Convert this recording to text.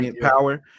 power